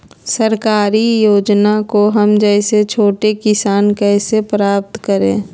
सरकारी योजना को हम जैसे छोटे किसान कैसे प्राप्त करें?